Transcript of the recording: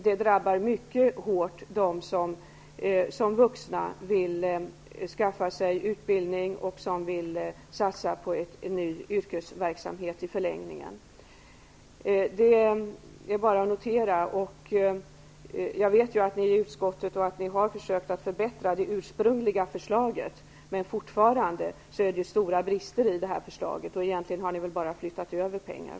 Detta drabbar mycket hårt dem vilka som vuxna vill skaffa sig utbildning och som i förlängningen vill satsa på en ny yrkesverksamhet. Jag vet att man i utskottet har försökt att förbättra det ursprungliga förslaget, men fortfarande kvarstår stora brister. Egentligen har ni såvitt jag förstår bara flyttat om pengar.